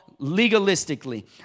legalistically